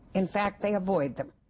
in fact they avoid them.